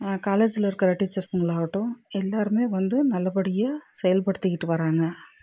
காலேஜில் இருக்கிற டீச்சர்ஸ்களாகட்டும் எல்லோருமே வந்து நல்லபடியாக செயல்படுத்திக்கிட்டு வர்றாங்க